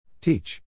Teach